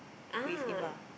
ah